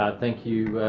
thank you,